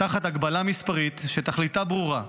תחת הגבלה מספרית שתכליתה ברורה: